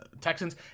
Texans